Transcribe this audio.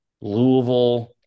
Louisville